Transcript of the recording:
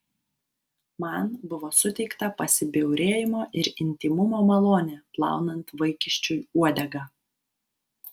man buvo suteikta pasibjaurėjimo ir intymumo malonė plaunant vaikiščiui uodegą